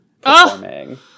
performing